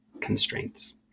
constraints